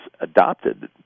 adopted